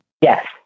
Yes